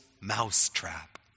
mousetrap